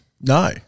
No